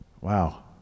Wow